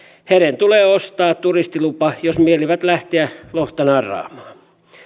heidän tulee ostaa turistilupa jos mielivät lähteä lohta narraamaan